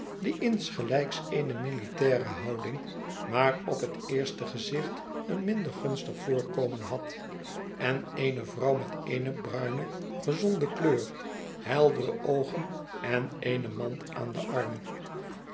die insgelijks eene militaire houding maar op het eerste gezicht een minder gunstig voorkomen had en eene vrouw met eene bruine gezonde kleur heldere oogen en eene mand aan den arm